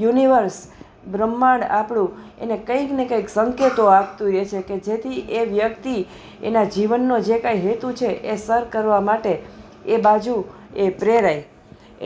universe બ્રહ્માંડ આપણું એને કંઈકને કંઈક સંકેતો આપતું રહે છે કે જેથી એ વ્યક્તિ એના જીવનનો જે કંઈ હેતુ છે એ સર કરવા માટે એ બાજુ એ પ્રેરાય